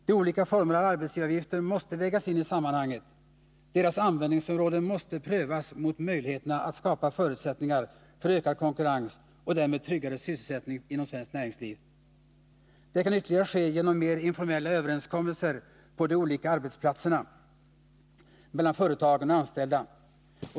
De olika formerna av arbetsgivaravgifter måste vägas in i sammanhanget — deras användningsområde prövas mot möjligheterna att skapa förutsättningarna för ökad konkurrens och därmed trygga sysselsättning inom svenskt näringsliv. Det kan ytterligare ske genom mer informella överenskommelser på de olika arbetsplatserna mellan företagare och anställda.